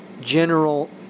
general